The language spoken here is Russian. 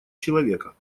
человека